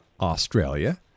Australia